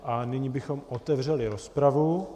A nyní bychom otevřeli rozpravu.